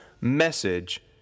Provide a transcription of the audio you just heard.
message